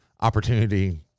opportunity